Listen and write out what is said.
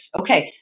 Okay